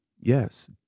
yes